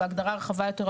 בהגדרה רחבה יותר,